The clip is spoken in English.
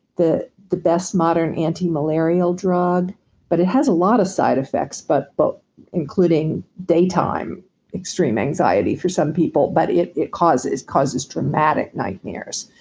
the the best modern anti-malarial drug but it has a lot of side effects but but including daytime extreme anxiety for some people, but it it causes causes traumatic nightmares.